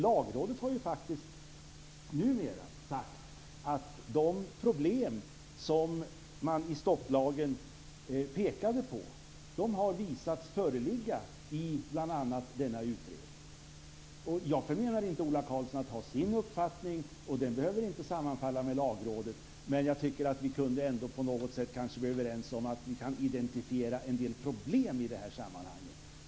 Lagrådet har sagt att de problem som man pekade på i stopplagen har visats föreligga i bl.a. denna utredning. Jag förmenar inte Ola Karlsson att ha sin uppfattning, och den behöver inte sammanfalla med Lagrådets. Men jag tycker att vi kanske kunde bli överens om att man kan identifiera en del problem i det här sammanhanget.